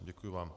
Děkuji vám.